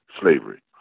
slavery